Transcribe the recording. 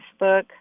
Facebook